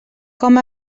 com